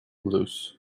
blues